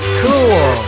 cool